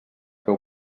fer